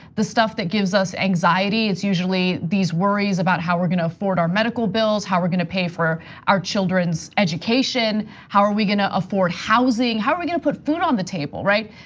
the stuff that gives us anxiety, it's usually these worries about how we're gonna afford our medical bills, how we're gonna pay for our children's education, how are we gonna afford housing? how are we gonna put food on the table, right?